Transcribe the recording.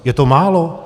Je to málo?